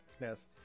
Yes